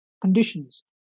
conditions